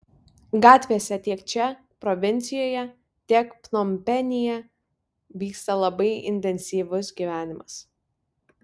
gatvėse tiek čia provincijoje tiek pnompenyje vyksta labai intensyvus gyvenimas